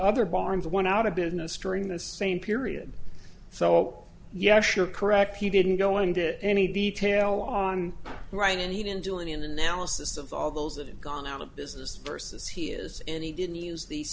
other barmes went out of business during the same period so yeah sure correct he didn't go into any detail on right and he didn't do any analysis of all those that have gone out of business versus he is and he didn't use these